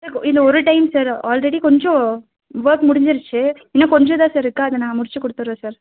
இந்த கொ இந்த ஒரு டைம் சார் ஆல்ரெடி கொஞ்சம் ஒர்க் முடிஞ்சிடுச்சு இன்னும் கொஞ்சம் தான் சார் இருக்குது அதை நான் முடித்து கொடுத்துர்றேன் சார்